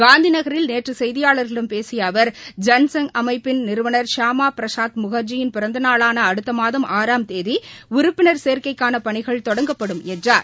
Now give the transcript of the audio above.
காந்திநகரில் நேற்று செய்தியாளர்களிடம் பேசிய அவர் ஜன்சங் அமைப்பின் நிறுவனர் ஷியாமா பிரசாத் முகாஜியின் பிறந்த நாளான அடுத்த மாதம் ஆறாம் தேதி உறுப்பினர் சேர்க்கைக்கான பணிகள் தொடங்கப்படும் என்றார்